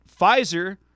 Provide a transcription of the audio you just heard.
Pfizer